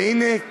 והנה,